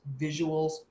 visuals